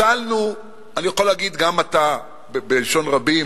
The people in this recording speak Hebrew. הצלנו, אני יכול להגיד גם אתה, בלשון רבים,